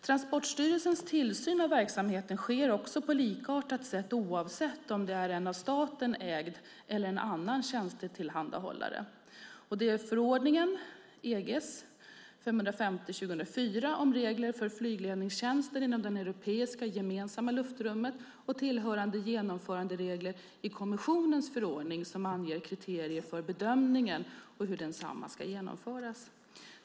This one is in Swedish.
Transportstyrelsens tillsyn av verksamheten sker också på likartat sätt oavsett om det är en av staten ägd eller en annan tjänstetillhandahållare. Det är förordning nr 550/2004 om regler för flygledningstjänster inom det europeiska gemensamma luftrummet och tillhörande genomföranderegler i kommissionens förordning som anger kriterier för bedömningen och hur densamma ska genomföras.